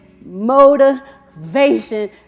motivation